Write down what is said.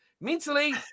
Mentally